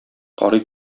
карый